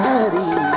Hari